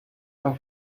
are